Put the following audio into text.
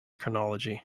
chronology